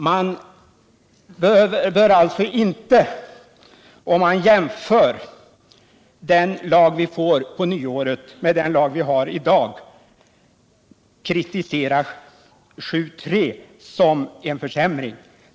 Man bör alltså inte om man jämför den lag vi får på nyåret och den lag vi har i dag karakterisera innehållet i 7 kap. 3 § som en försämring.